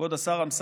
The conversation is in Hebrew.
כבוד השר אמסלם,